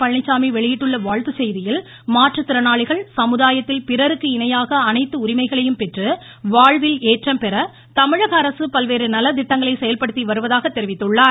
பழனிச்சாமி வெளியிட்டுள்ள வாழ்த்துச்செய்தியில் மாற்றுத் திறனாளிகள் சமுதாயத்தில் பிறருக்கு இணையாக அனைத்து உரிமைகளையும் பெற்று வாழ்வில் ஏற்றம்பெற தமிழகஅரசு பல்வேறு நலத்திட்டங்களை செயல்படுத்தி வருவதாக தெரிவித்துள்ளார்